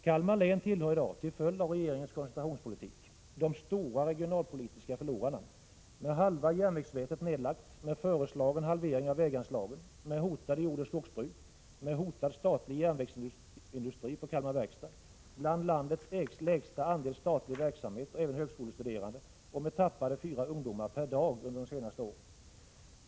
Kalmar län tillhör i dag, till följd av regeringens koncentrationspolitik, de stora regionalpolitiska förlorarna, med halva järnvägsnätet nedlagt, med föreslagen halvering av väganslagen, med hotade jordoch skogsbruk, med hotad statlig järnvägsindustri på Kalmar verkstad, med bland landets lägsta andel statlig verksamhet, med bland landets lägsta andel högskolestuderande och med tappade fyra ungdomar per dag under de senaste åren.